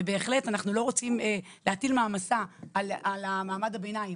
אנחנו לא רוצים להטיל מעמסה על מעמד הביניים.